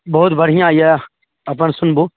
बहुत बढ़िआँ अइ अपन सुनबू